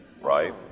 right